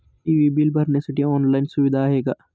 TV bill भरण्यासाठी online सुविधा आहे का?